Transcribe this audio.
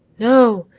no,